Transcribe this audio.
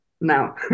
now